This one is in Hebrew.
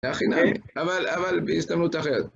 להכינה, אבל בהסתמנות אחרת.